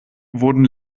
wurden